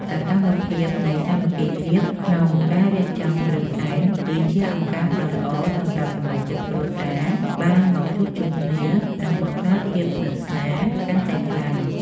សកម្មភាពនៃសាមគ្គីភាពក្នុងការរៀបចំគ្រឿងសែន គឺជាឱកាសដ៏ល្អសម្រាប់សមាជិកគ្រួសារបានមកជួបជុំគ្នា និងបង្កើតភាពស្និទ្ធស្នាលកាន់តែខ្លាំង។